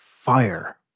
fire